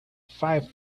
five